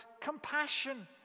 compassion